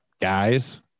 guys